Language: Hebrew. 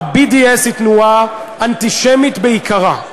ה-BDS הוא תנועה אנטישמית בעיקרה,